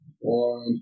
One